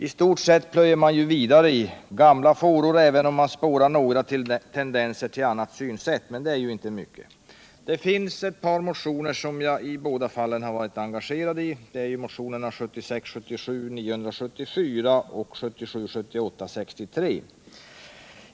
I stort sett plöjer förslaget vidare i gamla fåror, även om det går att spåra några tendenser till ett annat synsätt — men det är inte mycket. Det finns ett par motioner som jag har varit engagerad i. Det är motionerna 1976 78:63.